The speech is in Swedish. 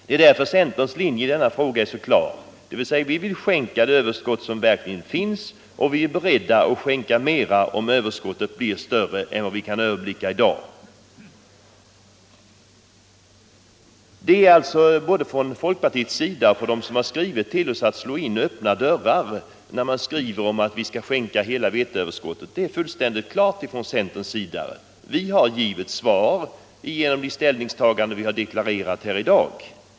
Det är därför som centerns linje i denna fråga är så klar: vi vill skänka det överskott som i verkligheten finns, och vi är dessutom beredda att skänka mera, om överskottet visar sig vara större än vad vi kan överblicka i dag. Både folkpartisterna och de som har skrivit till oss slår alltså in öppna dörrar när de kräver att vi skall skänka bort hela veteöverskottet. Det är fullständigt klart var vi i centerpartiet står — vi har givit svaret genom det ställningstagande vi har deklarerat här i dag.